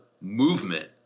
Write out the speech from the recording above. movement